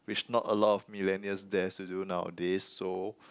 which not a lot of millennial dares to do nowadays so